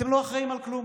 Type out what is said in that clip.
אתם לא אחראים לכלום,